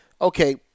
Okay